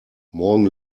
morgen